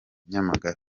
nyamagabe